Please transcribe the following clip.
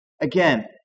Again